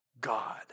God